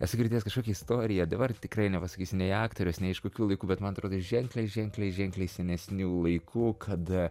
esu girdėjęs kažkokią istoriją dabar tikrai nepasakysiu nei aktoriaus ne iš kokių laiku bet man atrodo ženkliai ženkliai ženkliai senesnių laikų kada